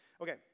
okay